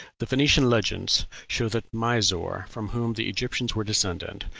the phoenician legends show that misor, from whom the egyptians were descended,